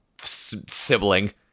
sibling